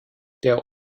der